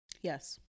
yes